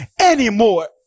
anymore